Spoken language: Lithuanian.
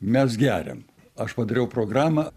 mes geriam aš padariau programą